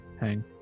hang